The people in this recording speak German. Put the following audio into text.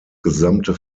gesamte